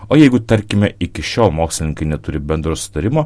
o jeigu tarkime iki šiol mokslininkai neturi bendro sutarimo